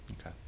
Okay